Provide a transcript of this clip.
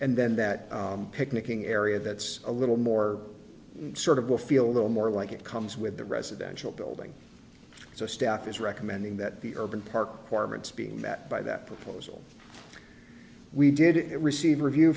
and then that picnicking area that's a little more sort of will feel a little more like it comes with the residential building so staff is recommending that the urban park cormorants being met by that proposal we did it receive review